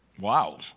wow